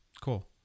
Cool